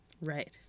Right